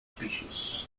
species